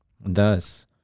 thus